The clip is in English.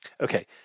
Okay